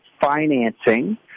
financing